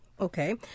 Okay